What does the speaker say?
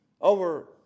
over